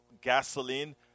gasoline